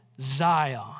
Zion